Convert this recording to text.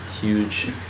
Huge